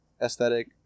aesthetic